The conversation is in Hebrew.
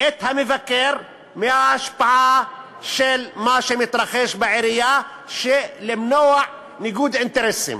את המבקר מההשפעה של מה שמתרחש בעירייה כדי למנוע ניגוד אינטרסים.